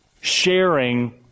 sharing